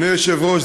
אדוני היושב-ראש,